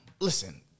Listen